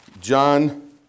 John